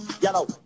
Yellow